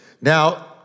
Now